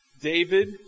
David